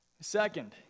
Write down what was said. second